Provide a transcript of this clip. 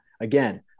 Again